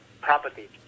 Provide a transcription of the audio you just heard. property